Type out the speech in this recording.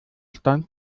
stand